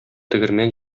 тегермән